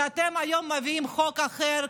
שאתם היום מביאים חוק אחר,